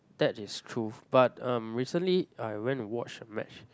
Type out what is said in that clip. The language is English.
that is true but um recently I went to watch a match